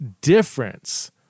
difference